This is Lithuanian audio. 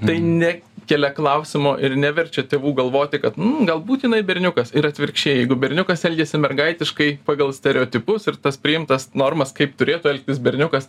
tai ne kelia klausimo ir neverčia tėvų galvoti kad nu galbūt jinai berniukas ir atvirkščiai jeigu berniukas elgiasi mergaitiškai pagal stereotipus ir tas priimtas normas kaip turėtų elgtis berniukas